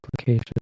application